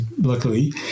luckily